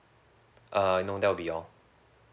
uh no that will be all